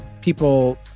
People